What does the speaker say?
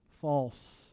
false